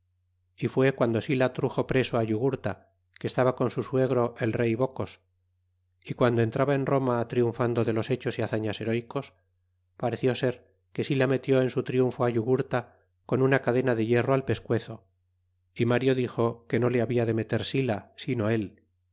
y fue guando sila truxo preso virginia que estaba con su suegro el rey docos y guando entraba en roma triunfando de los hechos y hazañas heroycos pareció ser que sila metió en su triunfo yugurta ron una cadena de hierro al pescuezo y mario dixo que no le habia de meter sila sino él